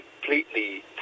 completely